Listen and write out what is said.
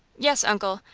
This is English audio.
yes, uncle.